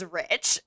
rich